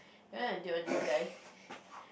then I did want this guy